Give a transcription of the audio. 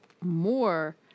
more